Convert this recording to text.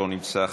לא נמצא,